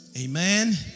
Amen